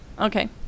Okay